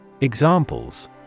Examples